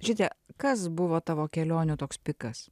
žydre kas buvo tavo kelionių toks pikas